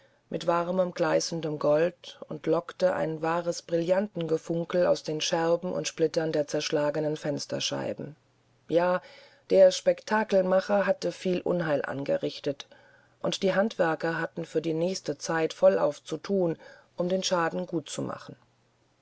mit warmem gleißenden gold und lockte ein wahres brillantengefunkel aus den scherben und splittern der zerschlagenen fensterscheiben ja der spektakelmacher hatte viel unheil angerichtet und die handwerker hatten für die nächste zeit vollauf zu thun um den schaden gutzumachen